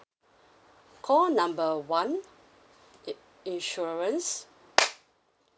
call number one i~ insurance